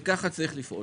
וכך יש לפעול.